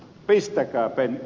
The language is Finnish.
pistäkää ed